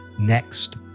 Next